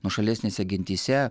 nuošalesnėse gentyse